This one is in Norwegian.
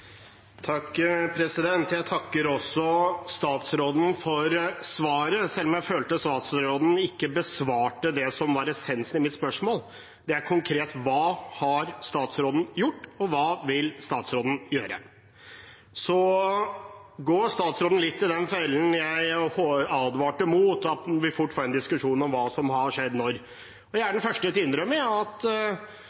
Jeg takker statsråden for svaret, selv om jeg følte statsråden ikke besvarte det som var essensen i mitt spørsmål. Det er konkret: Hva har statsråden gjort, og hva vil statsråden gjøre? Så går statsråden i den fellen jeg advarte mot, at man fort vil få en diskusjon om hva som har skjedd, og når. Jeg